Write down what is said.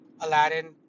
Aladdin